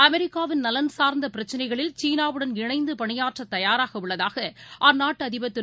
அமெரிக்காவின் நலன் சார்ந்தபிரச்னைகளில் சீனாவுடன் இணைந்துபணியாற்றதயாராகஉள்ளதாகஅந்நாட்டுஅதிபர் திரு